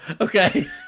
Okay